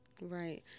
right